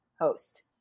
host